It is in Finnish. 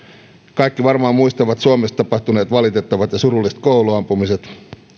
kaikki varmaan muistavat suomessa tapahtuneet valitettavat ja surulliset kouluampumiset